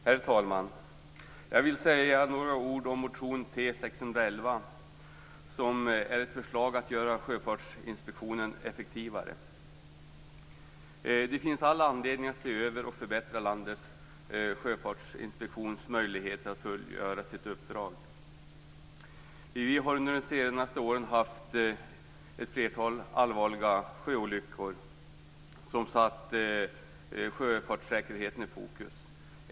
Herr talman! Jag vill säga några ord om motion T611, som är ett förslag att göra Sjöfartsinspektionen effektivare. Det finns all anledning att se över och förbättra landets sjöfartsinspektions möjligheter att fullgöra sitt uppdrag. Vi har under de senaste åren haft ett flertal allvarliga sjöolyckor som satt sjöfartssäkerheten i fokus.